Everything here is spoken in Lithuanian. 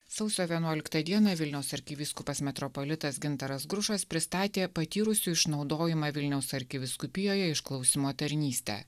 sausio vienuoliktą dieną vilniaus arkivyskupas metropolitas gintaras grušas pristatė patyrusių išnaudojimą vilniaus arkivyskupijoje išklausymo tarnystę